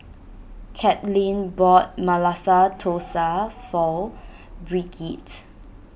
Katlynn bought Masala Dosa for Brigette